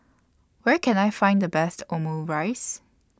Where Can I Find The Best Omurice